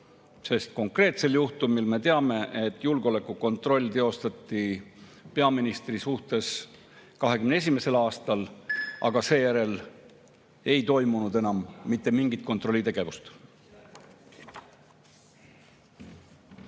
Konkreetse juhtumi puhul me teame, et julgeolekukontroll teostati peaministri suhtes 2021. aastal, aga seejärel ei ole toimunud mitte mingit kontrollitegevust.